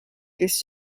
kes